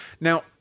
Now